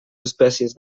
espècies